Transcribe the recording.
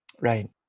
Right